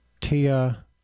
Tia